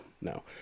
no